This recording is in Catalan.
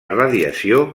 radiació